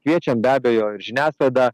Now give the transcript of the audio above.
kviečiam be abejo ir žiniasklaidą